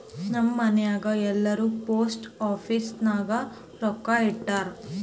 ನಮ್ ಮನ್ಯಾಗ್ ಎಲ್ಲಾರೂ ಪೋಸ್ಟ್ ಆಫೀಸ್ ನಾಗ್ ರೊಕ್ಕಾ ಇಟ್ಟಾರ್